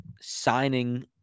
signing